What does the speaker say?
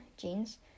jeans